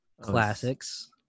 classics